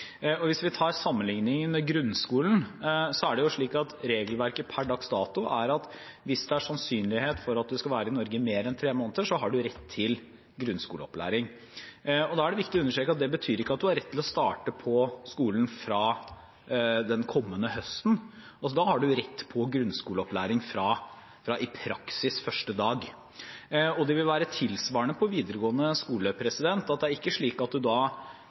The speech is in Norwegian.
Hvis vi sammenligner med grunnskolen, er regelverket per dags dato slik at hvis det er sannsynlighet for at en skal være i Norge i mer enn tre måneder, har en rett til grunnskoleopplæring. Det er viktig å understreke at det betyr ikke at en har rett til å starte på skolen fra den kommende høsten – en har i praksis rett på grunnskoleopplæring fra første dag. Det vil være tilsvarende på videregående skole: Det er ikke slik at en hvis en kommer i november, da